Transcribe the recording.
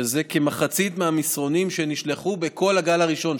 שזה כמחצית מהמסרונים שנשלחו בכל הגל הראשון,